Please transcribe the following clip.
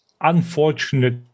unfortunate